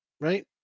right